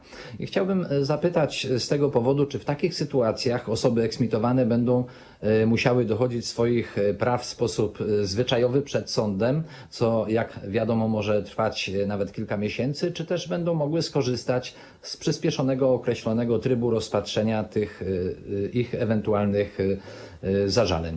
I w związku z tym chciałbym zapytać: Czy w takich sytuacjach osoby eksmitowane będą musiały dochodzić swoich praw w sposób zwyczajowy, przed sądem, co - jak wiadomo - może trwać nawet kilka miesięcy, czy też będą mogły skorzystać z przyspieszonego, określonego trybu rozpatrzenia tych ewentualnych zażaleń?